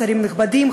שרים נכבדים,